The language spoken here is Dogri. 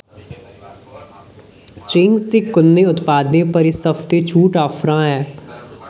चिंग्स दे कु'नें उत्पादें पर इस हफ्तै छूट आफरां हैन